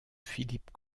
philippe